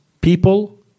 people